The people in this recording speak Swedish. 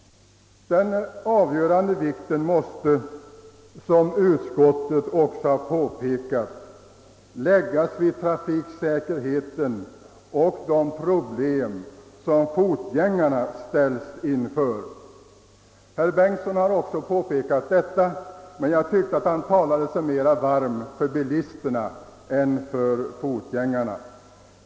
Det avgörande måste, som utskottet påpekat, vara trafiksäkerheten och de problem som fotgängarna kommer att ställas inför. Herr Bengtson har också påpekat detta, men jag tyckte att han talade sig varm mer för bilisterna än för fotgängarna.